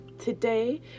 Today